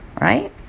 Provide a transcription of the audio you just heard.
right